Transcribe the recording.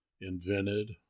invented